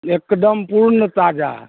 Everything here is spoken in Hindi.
एक दम पूर्ण ताज़ा